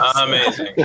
Amazing